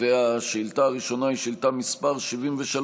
והשאילתה הראשונה היא שאילתה מס' 73,